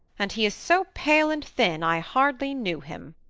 and he is so pale and thin i hardly knew him.